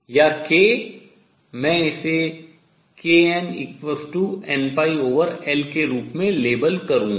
या k मैं इसे knnπL के रूप में लेबल करूंगा